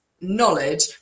knowledge